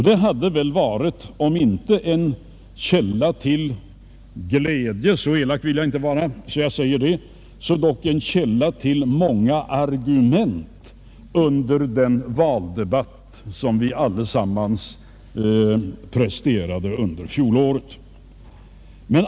Det hade väl varit om inte en källa till glädje — jag vill inte vara så elak att jag säger det — så dock en källa till många argument under den valdebatt som vi alla presterade under fjolåret.